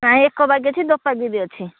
ନାଇ ଏକ ପାଗି ବି ଅଛି ଦୋ ପାଗି ବି ଅଛି